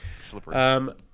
Slippery